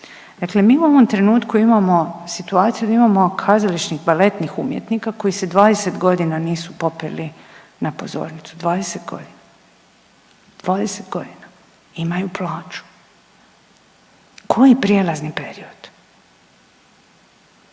Dakle, mi u ovom trenutku imamo situaciju da imamo kazališnih baletnih umjetnika koji se 20 godina nisu popeli na pozornicu, 20 godina, 20 godina, imaju plaću, koji prijelazni period,